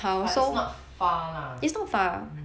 but it's not far lah